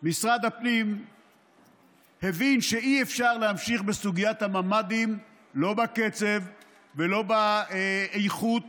משרד הפנים הבין שאי-אפשר להמשיך בסוגיית הממ"דים לא בקצב ולא באיכות